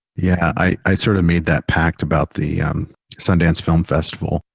yeah, i sort of made that pact about the sundance film festival.